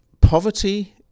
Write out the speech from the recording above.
poverty